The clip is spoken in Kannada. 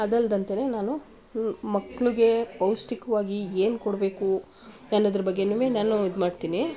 ಅದಲ್ಲದಂತೆಯೇ ನಾನು ಮಕ್ಕಳಿಗೆ ಪೌಷ್ಟಿಕವಾಗಿ ಏನು ಕೊಡಬೇಕು ಅನ್ನೋದ್ರ ಬಗ್ಗೆನೂ ನಾನು ಇದ್ಮಾಡ್ತೀನಿ